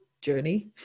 journey